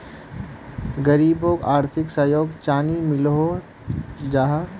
गरीबोक आर्थिक सहयोग चानी मिलोहो जाहा?